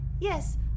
Yes